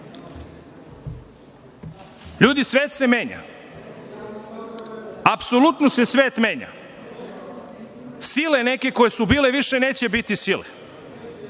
svet se menja. Apsolutno se svet menja. Sile neke koje su bile više neće biti sile